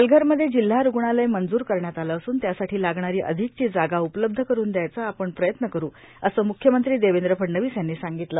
पालघरमध्ये जिल्हा रूग्णालय मंजूर करण्यात आलं असून त्यासाठी लागणारी अधिकची जागा उपलब्ध करून द्यायचा आपण प्रयत्न करू असं मुख्यमंत्री देवेंद्र फडणवीस यांनी सांगितलं